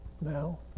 Now